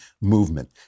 movement